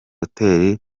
hotel